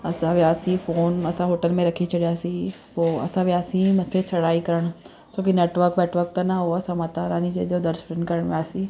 असां वियासीं फ़ोन असां होटल में रखी छॾियासीं पोइ असां वियासीं मथे चढ़ाई करणु छो कि नैटवर्क वैटवर्क त न हुओ असां माता रानी जा दर्शन करणु वियासीं